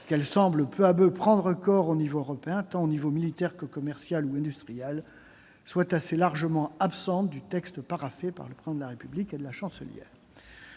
qu'elle semble peu à peu prendre corps à l'échelon européen, en matière tant militaire que commerciale ou industrielle, soit assez largement absente du texte paraphé par le Président de la République et la Chancelière